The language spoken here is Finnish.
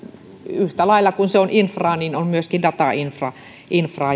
yhtä lailla kuin se on infraa niin myöskin datainfra on infraa